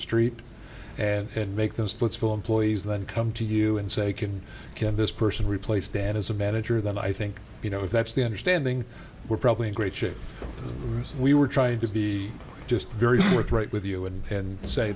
street and make them splitsville employees that come to you and say can can this person replace dad as a manager then i think you know if that's the understanding we're probably in great shape and we were trying to be just very forthright with you and